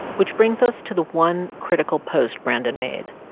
which brings us to the one critical post brandon made,